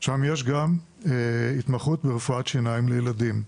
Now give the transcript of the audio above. ושם יש גם התמחות ברפואת שיניים לילדים.